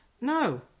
no